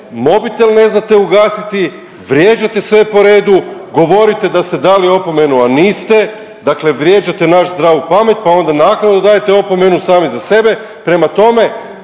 mobitel ne znate ugasiti, vrijeđate sve po redu, govorite da ste dali opomenu, a niste, dakle vrijeđate našu zdravu pamet pa onda naknadno dajete opomenu sami za sebe, prema tome,